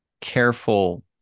careful